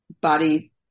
body